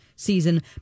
season